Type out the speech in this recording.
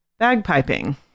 bagpiping